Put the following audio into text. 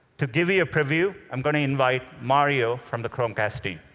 to give you a preview, i'm going to invite mario from the chromecast team.